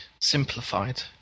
simplified